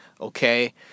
Okay